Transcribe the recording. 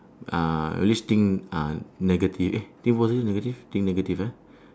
uh at least think uh negative eh think positive or negative think negative ah